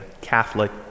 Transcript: Catholic